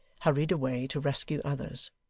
hurried away to rescue others.